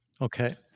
Okay